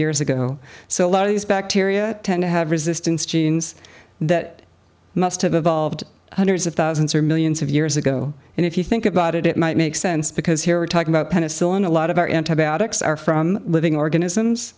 years ago so a lot of these bacteria tend to have resistance genes that must have evolved hundreds of thousands or millions of years ago and if you think about it it might make sense because here we're talking about penicillin a lot of our antibiotics are from living organisms